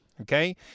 Okay